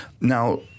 now